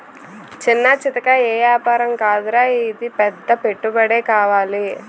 చిన్నా చితకా ఏపారం కాదురా ఇది పెద్ద పెట్టుబడే కావాలి